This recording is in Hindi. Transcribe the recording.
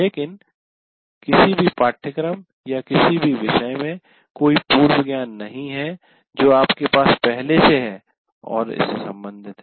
लेकिन किसी भी पाठ्यक्रम या किसी भी विषय में कोई पूर्व ज्ञान नहीं है जो आपके पास पहले से है और इससे संबंधित है